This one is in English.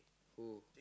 who